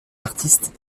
artistes